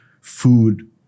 food